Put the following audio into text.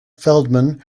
feldman